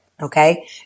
okay